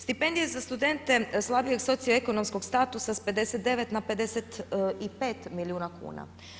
Stipendije za studente slabijeg socioekonomskog statusa s 59 na 55 milijuna kuna.